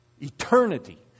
Eternity